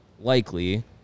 likely